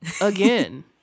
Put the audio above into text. again